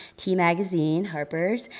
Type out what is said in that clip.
t magazine, harper's,